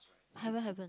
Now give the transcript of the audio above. haven't haven't